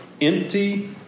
empty